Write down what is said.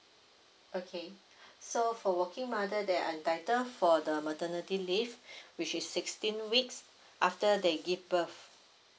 okay so for working mother they're entitle for the maternity leave which is sixteen weeks after they give birth